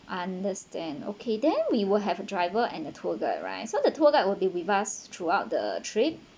understand okay then we will have a driver and a tour guide right so the tour guide will be with us throughout the trip